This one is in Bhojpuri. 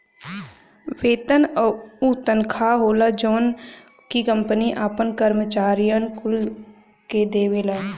वेतन उ तनखा होला जवन की कंपनी आपन करम्चारिअन कुल के देवेले